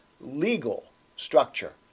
legal—structure